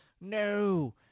no